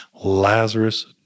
Lazarus